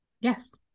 Yes